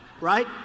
right